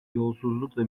yolsuzlukla